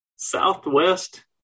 Southwest